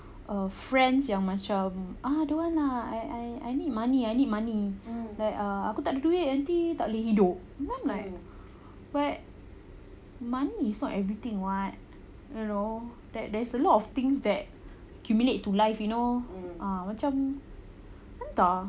err friends yang macam ah don't want ah I I need money I need money like err aku takde duit nanti tak boleh hidup and I'm like but money is not everything [what] you know there there is a lot of things that accumulates to life you know ah macam entah